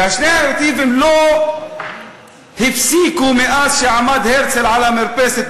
ושני הנרטיבים לא הפסיקו מאז עמד הרצל על המרפסת